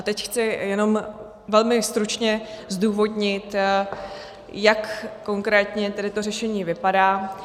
Teď chci jenom velmi stručně zdůvodnit, jak konkrétně to řešení vypadá.